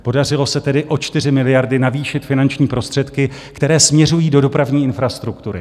Podařilo se tedy o 4 miliardy navýšit finanční prostředky, které směřují do dopravní infrastruktury.